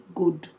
good